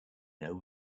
know